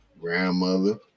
Grandmother